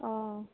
অঁ